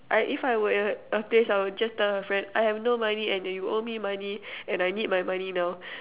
if I were in her place I would just tell her friend I have no money and that you owe me money and I need my money now